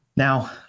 Now